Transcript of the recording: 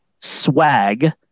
swag